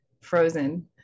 frozen